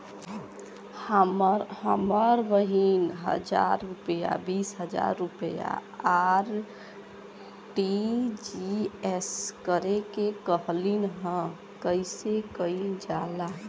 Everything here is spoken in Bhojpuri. हमर बहिन बीस हजार रुपया आर.टी.जी.एस करे के कहली ह कईसे कईल जाला?